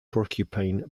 porcupine